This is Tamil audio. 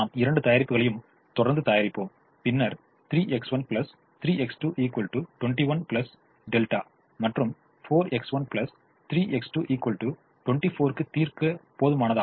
நாம் இரண்டு தயாரிப்புகளையும் தொடர்ந்து தயாரிப்போம் பின்னர் 3X1 3X2 21 δ மற்றும் 4X1 3X2 24 க்கு தீர்க்க போதுமானதாகும்